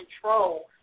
control